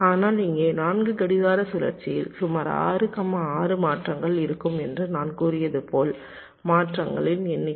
ஆனால் இங்கே 4 கடிகார சுழற்சியில் சுமார் 6 6 மாற்றங்கள் இருக்கும் என்று நான் கூறியது போல் மாற்றங்களின் எண்ணிக்கை